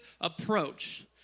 approach